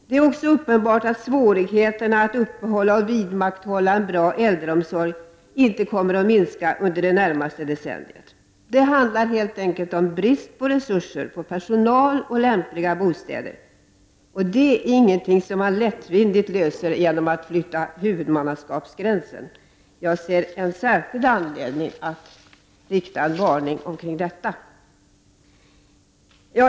Det är också uppenbart att svårigheterna att uppehålla och vidmakthålla en bra äldreomsorg inte kommer att minska under det närmaste decenniet. Det handlar helt enkelt om brist på resurser, personal och lämpliga bostäder. Det är ingenting som man lättvindigt löser genom att flytta huvudmannaskapsgränsen. Jag ser en särskild anledning att varna för detta.